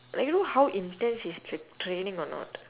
like you know how intense is the training or not